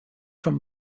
from